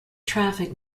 traffic